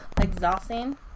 exhausting